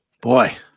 Boy